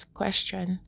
question